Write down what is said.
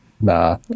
Nah